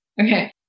Okay